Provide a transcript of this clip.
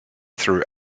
through